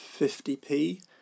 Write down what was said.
50p